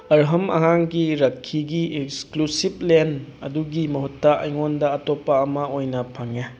ꯑꯔꯍꯝ ꯑꯉꯥꯡꯒꯤ ꯔꯈꯤꯒꯤ ꯑꯦꯛꯁꯀ꯭ꯂꯨꯁꯤꯞ ꯂꯦꯟ ꯑꯗꯨꯒꯤ ꯃꯍꯨꯠꯇ ꯑꯩꯉꯣꯟꯗ ꯑꯇꯣꯞꯄ ꯑꯃ ꯑꯣꯏꯅ ꯐꯪꯉꯦ